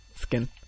skin